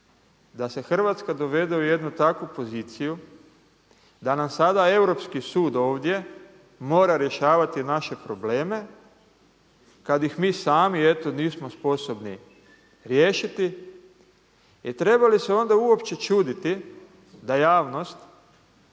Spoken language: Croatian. da se Hrvatska dovede u jednu takvu poziciju da nam sada europski sud ovdje mora rješavati naše probleme kada ih mi sami eto nismo sposobni riješiti. I treba li se onda uopće čuditi da javnost